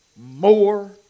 more